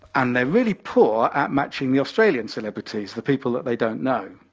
and they're really poor at matching the australian celebrities, the people that they don't know.